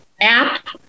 app